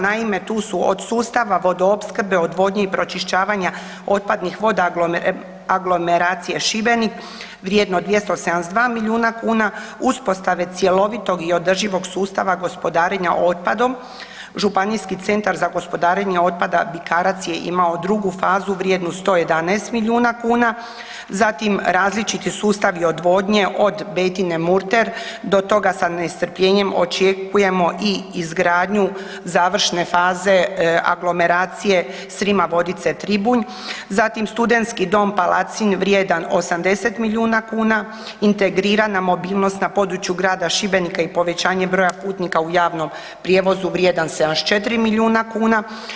Naime, tu su od sustava vodoopskrbe, odvodnje i pročišćavanja otpadnih voda aglomeracije Šibenik vrijedno 72 milijuna kuna, uspostave cjelovitog i održivog sustava gospodarenja otpadom, Županijski centar za gospodarenje otpada Bikarac je imao drugu fazu vrijednu 111 milijuna kuna, zatim različiti sustavi odvodnje od Betine-Murter do toga sa nestrpljenjem očekujemo i izgradnju završne faze aglomeracije Srima-Vodice-Tribunj, zatim Studentski dom Palacin vrijedan 80 milijuna kuna, integrirana mobilnost na području grada Šibenika i povećanje broja putnika u javnom prijevozu vrijedan 74 milijuna kuna.